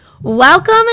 welcome